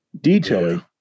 detailing